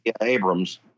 Abrams